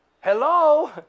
Hello